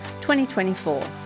2024